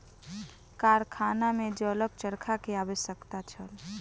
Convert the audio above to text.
कारखाना में जलक चरखा के आवश्यकता छल